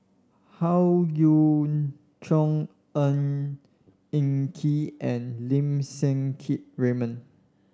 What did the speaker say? Howe Yoon Chong Ng Eng Kee and Lim Siang Keat Raymond